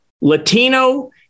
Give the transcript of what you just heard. Latino